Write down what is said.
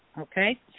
okay